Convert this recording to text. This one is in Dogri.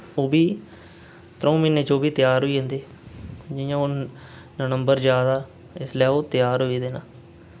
ओह् बी त्र'ऊं म्हीने च ओह् बी त्यार होई जंदे जि'यां हून नम्बर जा दा इसलै ओह् त्यार होई दे न